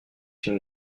une